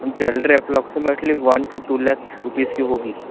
ma'am jewellery approximately one two two lakh rupees की होगी